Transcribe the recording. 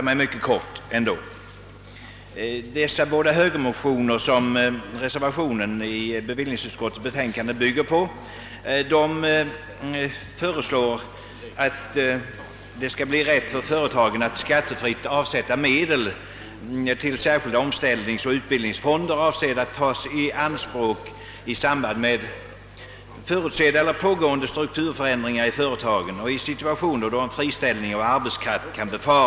I de båda motioner, som reservationen till bevillningsutskottets betänkande bygger på, föreslås »införande av rätt för företagarna att till särskilda omställningsoch utbildningsfonder skattefritt avsätta medel, avsedda att tagas i anspråk i samband med förutsedda eller pågående strukturförändringar i företagen och i lägen då dessa förutsättes leda till friställning av arbetskraft».